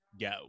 Go